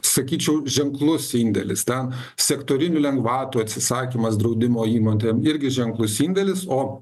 sakyčiau ženklus indėlis ten sektorinių lengvatų atsisakymas draudimo įmotėm irgi ženklus indėlis o